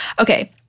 Okay